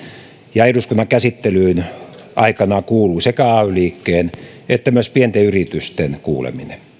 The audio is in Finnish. ja eduskunnan käsittelyyn aikanaan kuuluu sekä ay liikkeen että myös pienten yritysten kuuleminen